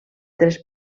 tres